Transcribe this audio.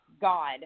god